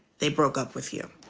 they broke up with you.